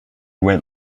went